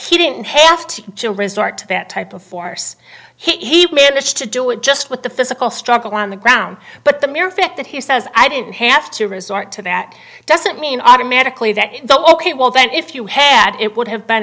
he didn't have to resort to that type of force he managed to do it just with the physical struggle on the ground but the mere fact that he says i didn't have to resort to that doesn't mean automatically that the ok well then if you had it would have been